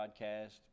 podcast